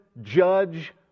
judge